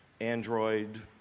Android